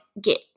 get